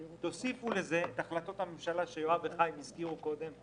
תוסיפו לזה את החלטות הממשלה שיואב וחיים הזכירו קודם.